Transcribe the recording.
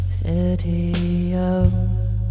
video